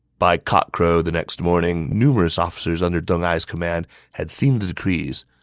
by cockcrow the next morning, numerous officers under deng ai's command had seen the decrees,